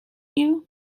you